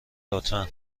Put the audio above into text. لطفا